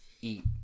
eat